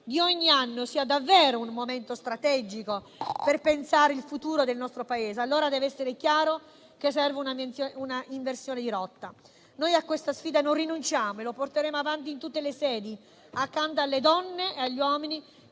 di ogni anno sia davvero un momento strategico per pensare al futuro del nostro Paese, allora deve essere chiaro che serve un'inversione di rotta. A questa sfida non rinunciamo e la porteremo avanti in tutte le sedi, accanto alle donne e agli uomini